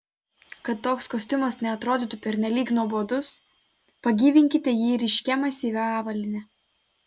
kad toks kostiumas neatrodytų pernelyg nuobodus pagyvinkite jį ryškia masyvia avalyne